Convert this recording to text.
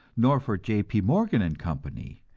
nor for j. p. morgan and company,